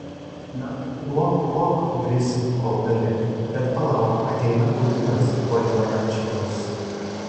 na lok lok brisiau kol gali bet palauk ateina putinas tuoj tvarka čia bus